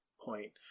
point